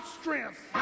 strength